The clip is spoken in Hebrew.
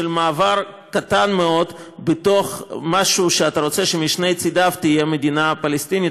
מעבר קטן מאוד בתוך משהו שאתה רוצה שמשני צדיו תהיה מדינה פלסטינית,